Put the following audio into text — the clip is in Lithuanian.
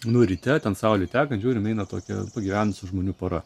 nu ryte ten saulei tekant žiūrim eina tokia pagyvenusių žmonių pora